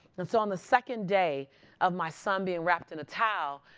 and so on the second day of my son being wrapped in a towel,